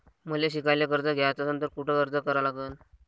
मले शिकायले कर्ज घ्याच असन तर कुठ अर्ज करा लागन?